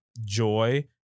joy